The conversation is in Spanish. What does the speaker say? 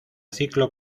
ciclo